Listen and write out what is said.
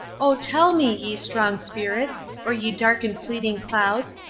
oh, tell me, ye strong spirits, or ye dark and fleeting clouds,